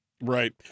Right